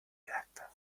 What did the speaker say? active